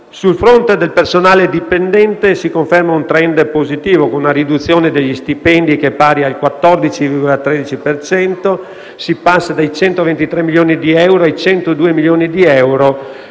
Sul fronte del personale dipendente, si conferma un *trend* positivo, con una riduzione degli stipendi pari al 14,13 per cento; si passa da 123 milioni di euro a 102 milioni di euro